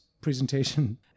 presentation